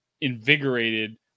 invigorated